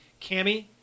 Cammy